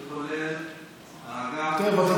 ליצמן.